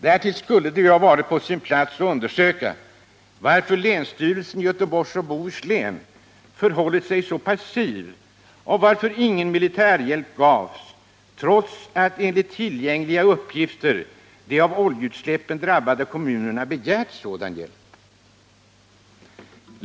Därtill skulle det ha varit på sin plats att undersöka varför länsstyrelsen i Göteborgs och Bohus län förhållit sig så passiv och varför ingen militärhjälp gavs trots att, enligt tillgängliga uppgifter, de av oljeutsläppen drabbade kommunerna begärt sådan hjälp.